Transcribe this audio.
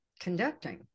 conducting